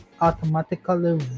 automatically